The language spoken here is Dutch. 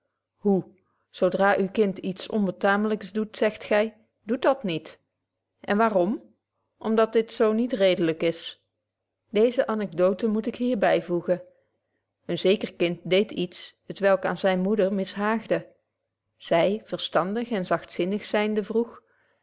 hoe zo dra uw kind iets onbetaamlyks doet zegt gy doe dat niet en waarom om dat dit niet redelyk is deeze anecdote moet ik hier byvoegen een zeker kind deedt iets t welk aan zyne moeder mishaagde zy verstandig en zagtzinnig zynde vroeg